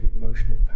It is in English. emotional